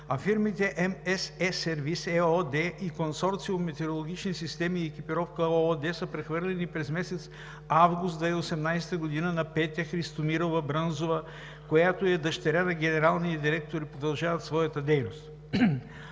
а фирмите „МСЕ-Сервиз“ ЕООД и Консорциум „Метеорологични системи и екипировка“ ООД са прехвърлени през месец август 2018 г. на Петя Христомирова Брънзова, която е дъщеря на генералния директор, и продължават своята дейност.